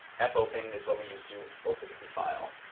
fopen is what we use to open the file.